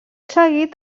seguit